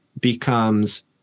becomes